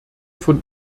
von